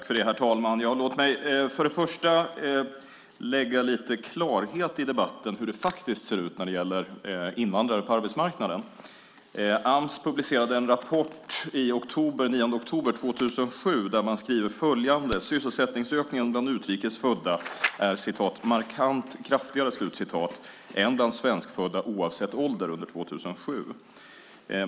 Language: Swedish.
Herr talman! Låt mig för det första lägga lite klarhet i debatten om hur det faktiskt ser ut när det gäller invandrare på arbetsmarknaden. Ams publicerade en rapport den 9 oktober 2007 där man skriver följande: Sysselsättningsökningen bland utrikes födda är "markant kraftigare" än bland svenskfödda oavsett ålder under 2007.